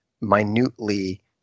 minutely